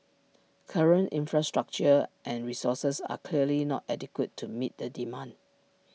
current infrastructure and resources are clearly not adequate to meet the demand